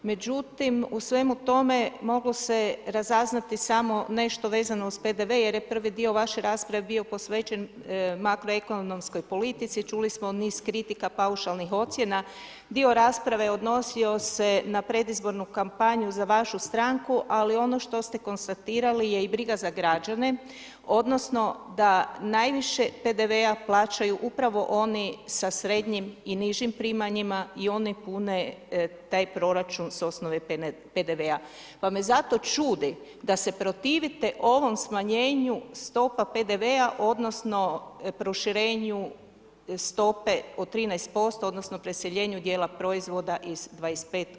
Međutim u svemu tome moglo se razaznati samo nešto vezano uz PDV jer je prvi dio vaše rasprave bio posvećen makroekonomskoj politici, čuli smo niz kritika paušalnih ocjena, dio rasprave odnosio se na predizbornu kampanju za vašu stranku, ali ono što ste konstatirali je i briga za građane, odnosno da najviše PDV-a plaćaju upravo oni sa srednjim i nižim primanjima i oni pune taj proračun s osnove PDV-a pa me zato čudi da se protivite ovom smanjenju stopa PDV-a, odnosno proširenju stope od 13%, odnosno preseljenju dijela proizvoda iz 25 u 13.